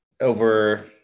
over